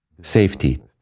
safety